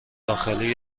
داخلی